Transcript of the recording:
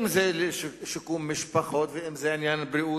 אם זה שיקום משפחות ואם זה עניין בריאות